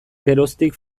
geroztik